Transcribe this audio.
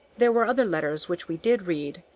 there were other letters which we did read,